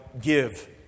give